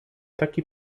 taki